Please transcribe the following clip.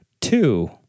two